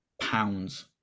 pounds